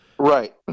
right